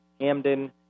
Hamden